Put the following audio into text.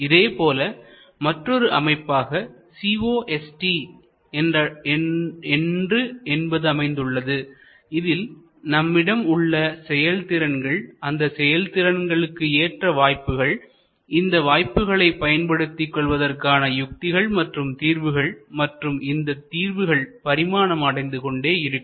இதேபோல மற்றொரு அமைப்பாக COST என்று என்பது அமைந்துள்ளது இதில் நம்மிடம் உள்ள செயல்திறன்கள் அந்த செயல்திறன்களுக்கு ஏற்ற வாய்ப்புகள் இந்த வாய்ப்புகளை பயன்படுத்திக் கொள்வதற்கான யுக்திகள் மற்றும் தீர்வுகள் மற்றும் இந்த தீர்வுகள் பரிணாமம் அடைந்து கொண்டே இருக்கும்